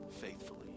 faithfully